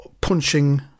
punching